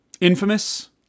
Infamous